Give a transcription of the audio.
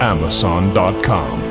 Amazon.com